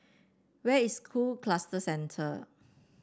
where is School Cluster Centre